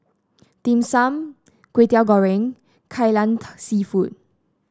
Dim Sum Kwetiau Goreng Kai Lan seafood